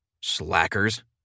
slackers